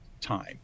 time